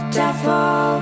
devil